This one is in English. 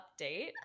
update